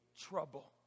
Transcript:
trouble